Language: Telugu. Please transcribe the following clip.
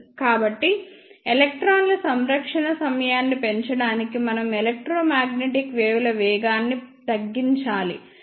కాబట్టి ఎలక్ట్రాన్ల సంకర్షణ సమయాన్ని పెంచడానికి మనం ఎలక్ట్రోమాగ్నెటిక్ వేవ్ ల వేగాన్ని తగ్గించాలి